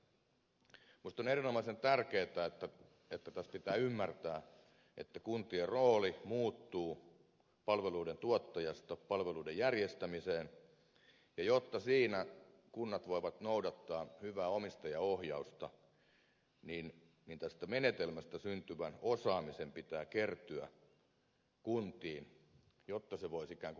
minusta on erinomaisen tärkeätä että tässä pitää ymmärtää että kuntien rooli muuttuu palveluiden tuottajasta palveluiden järjestämiseen ja jotta siinä kunnat voivat noudattaa hyvää omistajaohjausta niin tästä menetelmästä syntyvän osaamisen pitää kertyä kuntiin jotta se voisi ikään kun parantua